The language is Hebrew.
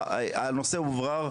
הנושא הוברר.